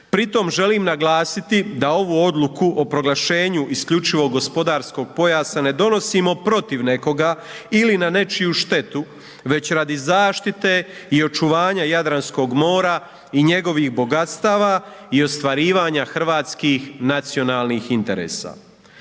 Pri tom želim naglasiti da ovu odluku o proglašenju isključivog gospodarskog pojasa ne donosimo protiv nekoga ili na nečiju štetu, već radi zaštite i očuvanje Jadranskog mora i njegovih bogatstava i ostvarivanja hrvatskih nacionalnih interesa.